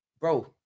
bro